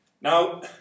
Now